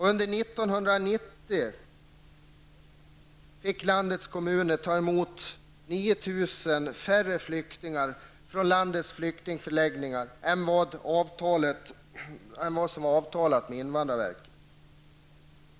Under 1990 fick landets kommuner ta emot 9 000 färre flyktingar från landets flyktingförläggningar än vad som var avtalat med invandrarverket.